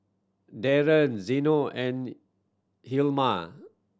Darryn Zeno and Hjalmar